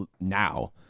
now